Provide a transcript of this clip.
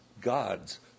God's